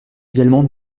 également